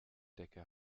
decke